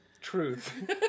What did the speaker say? Truth